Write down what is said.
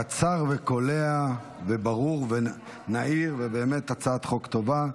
קצר וקולע, ברור ונהיר, ובאמת הצעת חוק טובה.